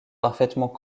parfaitement